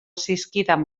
zizkidan